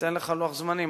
וניתן לך לוח זמנים.